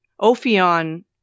Ophion